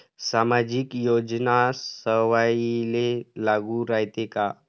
सामाजिक योजना सर्वाईले लागू रायते काय?